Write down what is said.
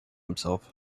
himself